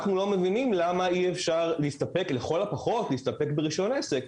אנחנו לא מבינים למה אי אפשר לכל הפחות להסתפק ברישיון עסק.